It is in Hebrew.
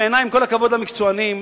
עם כל הכבוד למקצוענים,